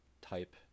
type